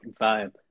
vibe